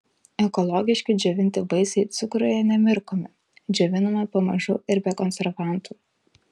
ekologiški džiovinti vaisiai cukruje nemirkomi džiovinami pamažu ir be konservantų